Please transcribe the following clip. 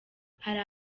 hariho